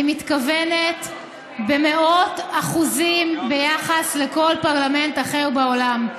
אני מתכוונת במאות אחוזים ביחס לכל פרלמנט אחר בעולם.